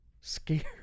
scared